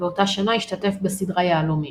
באותה שנה השתתף בסדרה "יהלומים".